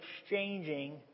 exchanging